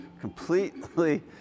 Completely